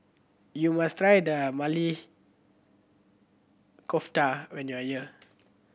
you must try the Maili Kofta when you are here